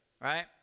right